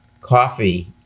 coffee